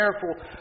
careful